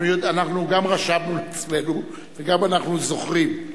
אנחנו גם רשמנו לעצמנו וגם אנחנו זוכרים.